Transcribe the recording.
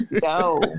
go